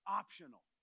optional